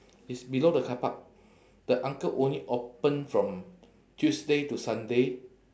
it's below the carpark the uncle only open from tuesday to sunday